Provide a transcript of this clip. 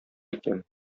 икән